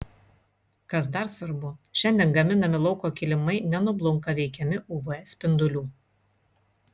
kas dar svarbu šiandien gaminami lauko kilimai nenublunka veikiami uv spindulių